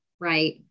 right